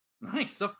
Nice